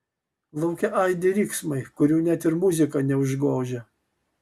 lauke aidi riksmai kurių net ir muzika neužgožia